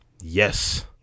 Yes